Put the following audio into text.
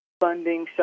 Funding